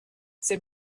ces